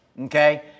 Okay